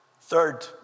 Third